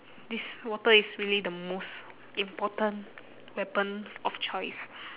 this water is really the most important weapon of choice